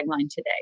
today